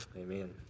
Amen